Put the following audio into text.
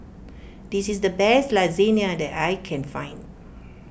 this is the best Lasagna that I can find